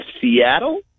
Seattle